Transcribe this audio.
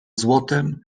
złotem